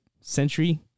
century